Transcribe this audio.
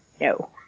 no